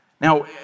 Now